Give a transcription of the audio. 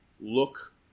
look